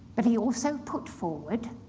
but he also put forward,